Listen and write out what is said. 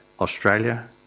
Australia